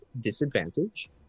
disadvantage